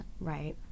Right